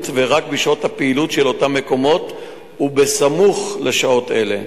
ורק בשעות הפעילות של אותם מקומות ובסמוך לשעות אלה.